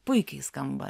puikiai skamba